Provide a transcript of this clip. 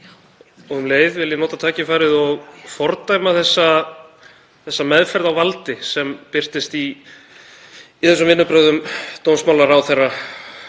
Um leið vil ég nota tækifærið og fordæma þessa meðferð á valdi sem birtist í vinnubrögðum dómsmálaráðherra